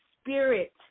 spirit